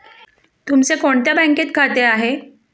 तुमचे कोणत्या बँकेत खाते आहे?